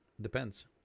Depends